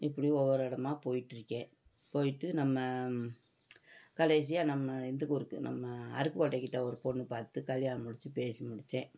இப்படி ஒவ்வொரு இடமா போய்கிட்டுருக்கேன் போய்விட்டு நம்ம கடைசியாக நம்ம எந்த ஊருக்கு நம்ம அருப்புக்கோட்டைக்கிட்டே ஒரு பொண்ணு பார்த்து கல்யாணம் முடித்து பேசி முடித்தேன்